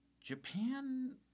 Japan